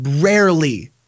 rarely